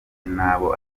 n’abo